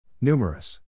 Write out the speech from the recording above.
Numerous